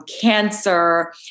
cancer